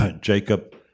Jacob